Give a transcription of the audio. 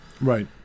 Right